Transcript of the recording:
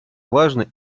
важной